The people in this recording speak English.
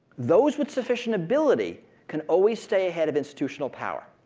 those with sufficient ability can always stay ahead of institutional power.